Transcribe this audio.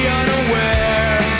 unaware